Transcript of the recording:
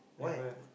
never